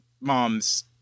mom's